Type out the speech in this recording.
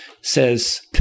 says